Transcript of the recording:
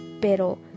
Pero